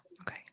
Okay